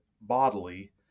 bodily